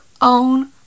own